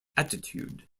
attitude